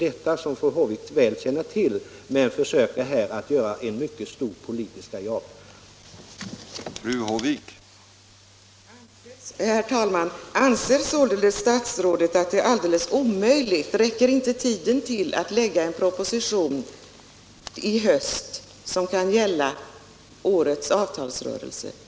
Detta känner fru Håvik väl till, men hon försöker ändå göra en mycket stor politisk grej av den här frågan.